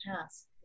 past